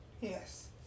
Yes